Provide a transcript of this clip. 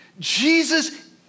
Jesus